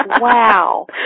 Wow